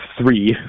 three